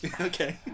Okay